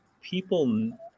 people